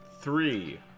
Three